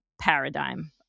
paradigm